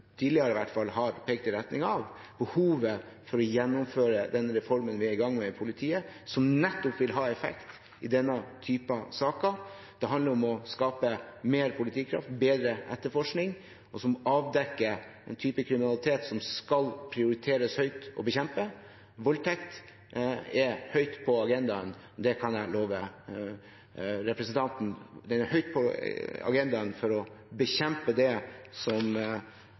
tidligere i hvert fall, har pekt i retning av, behovet for å gjennomføre den reformen vi er i gang med i politiet, som nettopp vil ha effekt i denne typen saker. Det handler om å skape mer politikraft og bedre etterforskning, som avdekker den type kriminalitet som det skal prioriteres høyt å bekjempe. Voldtekt er høyt på agendaen, det kan jeg love representanten. Det er høyt på agendaen for å bekjempe det som